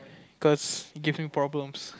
cause give me problems